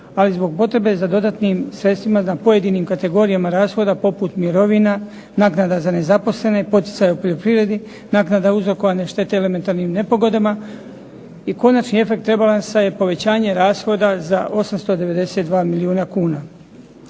ali zbog potrebe za dodatnim sredstvima na pojedinim kategorijama rashoda poput mirovina, naknada za nezaposlene, poticaj u poljoprivredi, naknada uzrokovane štete elementarnim nepogodama, i konačni efekt rebalansa je povećanje rashoda za 892 milijuna kuna.